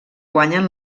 guanyen